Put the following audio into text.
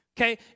Okay